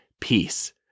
peace